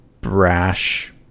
brash